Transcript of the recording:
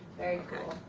very good.